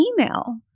email